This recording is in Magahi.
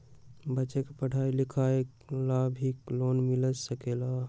बच्चा के पढ़ाई लिखाई ला भी लोन मिल सकेला?